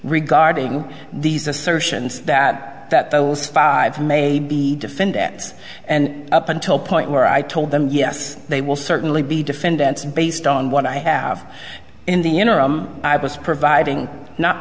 regarding these assertions that that those five may be defendants and up until point where i told them yes they will certainly be defendants based on what i have in the interim i was providing not